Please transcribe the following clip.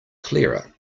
clearer